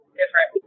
different